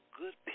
good